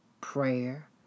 prayer